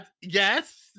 Yes